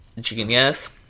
genius